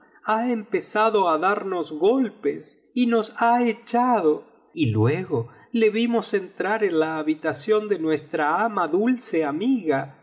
ha empezado á darnos golpes y nos ha echado y luego le vimos entrar en la habitación de nuestra ama dulce amiga